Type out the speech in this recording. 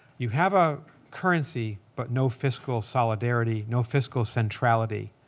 you have a currency but no fiscal solidarity, no fiscal centrality,